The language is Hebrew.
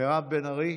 מירב בן ארי.